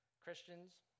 Christians